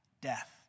Death